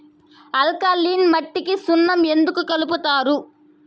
alkaline మట్టికి సున్నం ఎందుకు కలుపుతారు